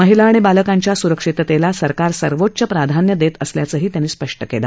महिला आणि बालकांच्या स्रक्षिततेला सरकार सर्वोच्च प्राधान्य देत असल्याचंही त्यांनी स्पष्ट केलं